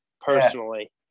personally